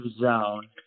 zone